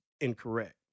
incorrect